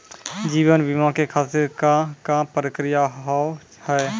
जीवन बीमा के खातिर का का प्रक्रिया हाव हाय?